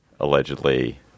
Allegedly